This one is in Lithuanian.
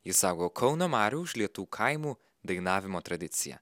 ji saugo kauno marių užlietų kaimų dainavimo tradiciją